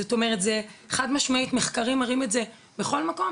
זאת אומרת זה חד משמעית מחקרים מראים את זה בכל מקום,